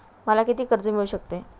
मला किती कर्ज मिळू शकते?